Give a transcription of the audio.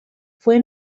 fue